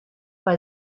bei